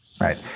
Right